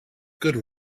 good